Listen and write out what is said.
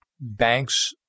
banks